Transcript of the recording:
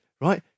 right